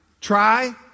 Try